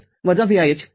८- ०